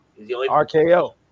RKO